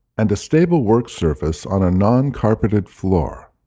and a stable work surface on a non-carpeted floor.